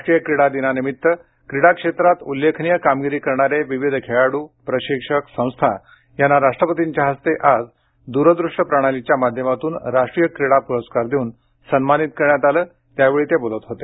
राष्ट्रीय क्रीडा दिनानिमित्त क्रीडा क्षेत्रात उल्लेखनीय कामगिरी करणारे विविध खेळाडू प्रशिक्षक संस्था यांना राष्ट्रपतींच्या हस्ते आज दूरदृष्य प्रणालीच्या माध्यमातून राष्ट्रीय क्रीडा पुरस्कार देऊन सन्मानित करण्यात आलं त्यावेळी ते बोलत होते